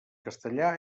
castellà